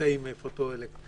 תאים פוטו-וולטאיים.